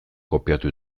kopiatu